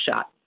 shot